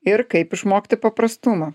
ir kaip išmokti paprastumo